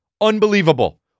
unbelievable